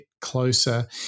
closer